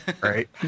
Right